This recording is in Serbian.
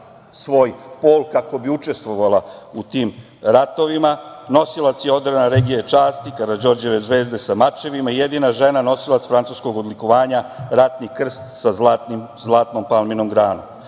svoj pol kako bi učestvovala u tim ratovima. Nosilac je ordena Legije časti, Karađorđeve zvezde sa mačevima i jedina žena nosilac francuskog odlikovanja Ratni krst sa zlatnom palminom granom.